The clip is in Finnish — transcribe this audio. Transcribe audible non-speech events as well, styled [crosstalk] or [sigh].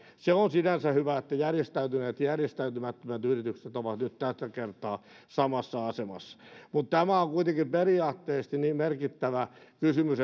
se on sinänsä hyvä että järjestäytyneet ja järjestäytymättömät yritykset ovat nyt tällä kertaa samassa asemassa mutta tämä on kuitenkin periaatteellisesti niin merkittävä kysymys [unintelligible]